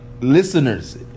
listeners